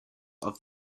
are